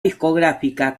discográfica